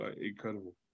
incredible